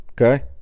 Okay